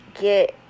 get